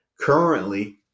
Currently